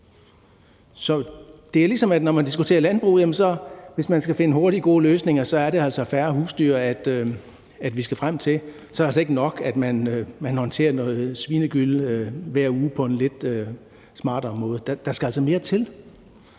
finde hurtige og gode løsninger, er det altså færre husdyr, vi skal frem til. Så er det altså ikke nok, at man håndterer noget svinegylle hver uge på en lidt smartere måde. Der skal altså mere til.